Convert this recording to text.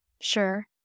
Sure